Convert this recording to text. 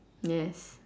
yes